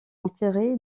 enterré